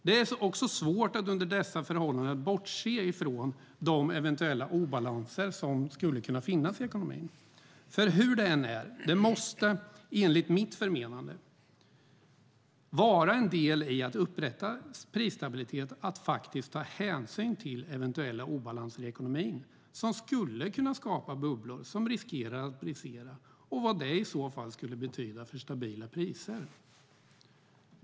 Det är även svårt att under dessa förhållanden bortse från de eventuella obalanser som skulle kunna finnas i ekonomin, för hur det än är måste det, enligt mitt förmenande, vara en del i att upprätthålla prisstabilitet att faktiskt ta hänsyn till eventuella obalanser i ekonomin som skulle kunna skapa bubblor som riskerar att brisera och vad det i så fall skulle betyda för stabila priser.